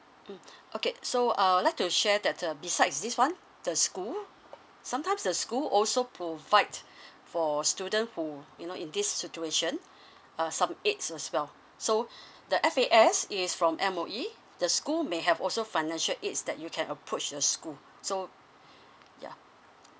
mm okay so uh I'll like to share that uh besides this one the school sometimes the school also provide for student whom you know in this situation uh some aids as well so the F_A_S is from M_O_E the school may have also financial aids that you can approach the school so ya